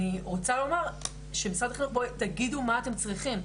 אני רוצה לומר שמשרד החינוך אומר תגידו מה אתם צריכים"